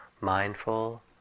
mindful